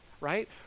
right